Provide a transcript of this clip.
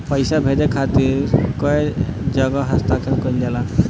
पैसा भेजे के खातिर कै जगह हस्ताक्षर कैइल जाला?